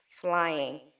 flying